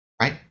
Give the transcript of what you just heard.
right